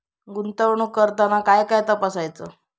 गुंतवणूक करताना काय काय तपासायच?